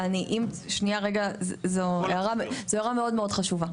זו הערה מאוד חשובה.